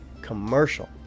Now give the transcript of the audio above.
commercial